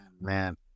man